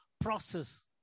process